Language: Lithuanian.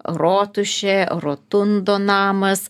rotušė rotundo namas